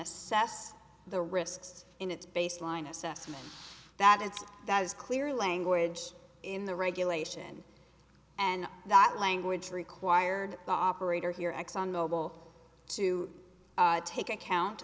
assess the risks in its baseline assessment that it's that is clear language in the regulation and that language required the operator here exxon mobil to take account